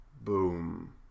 Boom